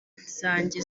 zanjye